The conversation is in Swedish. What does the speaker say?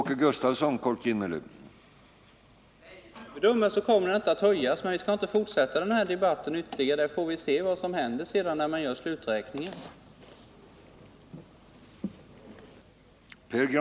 Herr talman! Enligt min bedömning kommer den ekonomiska ramen inte att behöva vidgas. Men vi skall inte fortsätta den här debatten ytterligare. Vi får se vad som händer när sluträkningen kommer.